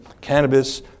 cannabis